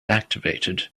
activated